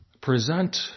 present